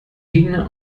gegner